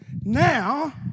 Now